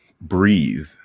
breathe